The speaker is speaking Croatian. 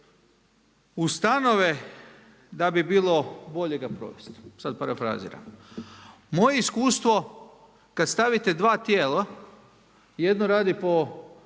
ustanove da bi bilo bolje ga provesti. Sad parafraziram. Moje je iskustvo kad stavite dva tijela jedno radi po,